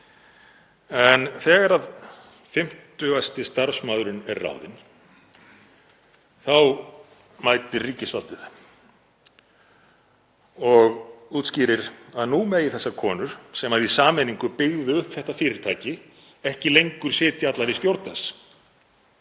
En þegar fimmtugasti starfsmaðurinn er ráðinn þá mætir ríkisvaldið og útskýrir að nú megi þessar konur, sem í sameiningu byggðu upp þetta fyrirtæki, ekki lengur sitja allar í stjórn